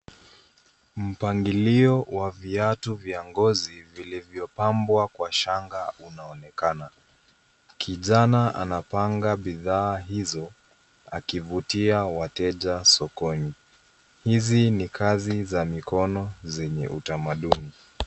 Mpangilio wa viatu vya ngozi vilivyopambwa kwa shanga unaonekana. Kijana anapanga bidhaa hizo akivutia wateja sokoni. Hizi ni kazi za mikono zenye utamaduni.